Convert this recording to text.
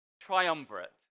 triumvirate